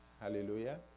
Hallelujah